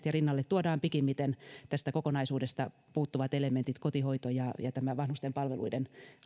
ja rinnalle tuodaan pikimmiten tästä kokonaisuudesta puuttuvat elementit kotihoito ja ja tämä vanhustenpalveluiden